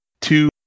two